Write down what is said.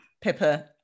Pippa